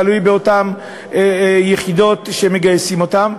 תלוי באותן יחידות שמגייסות אותם,